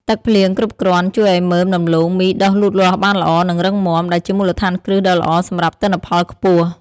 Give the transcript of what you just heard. ទឹកភ្លៀងគ្រប់គ្រាន់ជួយឱ្យដើមដំឡូងមីដុះលូតលាស់បានល្អ និងរឹងមាំ ដែលជាមូលដ្ឋានគ្រឹះដ៏ល្អសម្រាប់ទិន្នផលខ្ពស់។